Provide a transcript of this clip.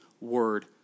word